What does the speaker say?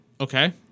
Okay